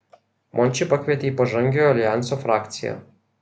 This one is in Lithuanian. mončį pakvietė į pažangiojo aljanso frakciją